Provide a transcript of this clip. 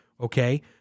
okay